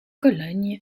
cologne